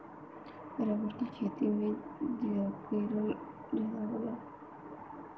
rubber के खेती केरल में जादा होला